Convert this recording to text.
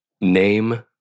name